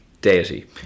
deity